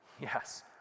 yes